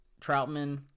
Troutman